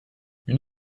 une